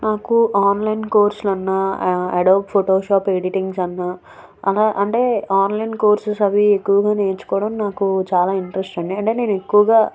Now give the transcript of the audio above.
నాకు ఆన్లైన్ కోర్సులు అన్న అడోబ్ ఫోటోషాప్ ఎడిటింగ్స్ అన్న అంటే ఆన్లైన్ కోర్సెస్ అవి ఎక్కువగా నేర్చుకోవడం నాకు చాలా ఇంట్రెస్ట్ ఉన్నాయి అంటే నేను ఎక్కువగా